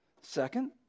Second